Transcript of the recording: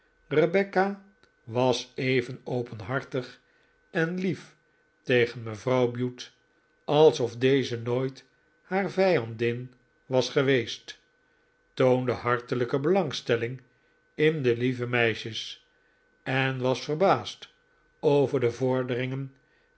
rebecca was even openhartig en lief tegen mevrouw bute alsof deze nooit haar vijandin was geweest toonde hartelijke belangstelling in de lieve meisjes en was verbaasd over de vorderingen